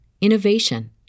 innovation